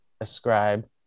ascribe